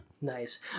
Nice